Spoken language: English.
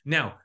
Now